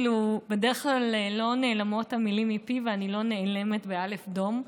בדרך כלל לא נעלמות המילים מפי ואני לא נאלמת דום.